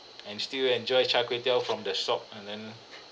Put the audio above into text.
and still enjoy char kway teow from the shop and then